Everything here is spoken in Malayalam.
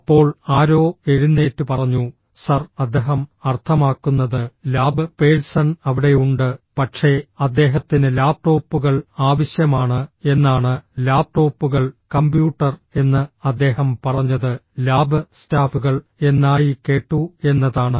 അപ്പോൾ ആരോ എഴുന്നേറ്റ് പറഞ്ഞു സർ അദ്ദഹം അർത്ഥമാക്കുന്നത് ലാബ് പേഴ്സൺ അവിടെയുണ്ട് പക്ഷേ അദ്ദേഹത്തിന് ലാപ്ടോപ്പുകൾ ആവശ്യമാണ് എന്നാണ് ലാപ്ടോപ്പുകൾ കമ്പ്യൂട്ടർ എന്ന് അദ്ദേഹം പറഞ്ഞത് ലാബ് സ്റ്റാഫുകൾ എന്നായി കേട്ടു എന്നതാണ്